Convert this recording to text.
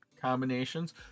combinations